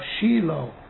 Shiloh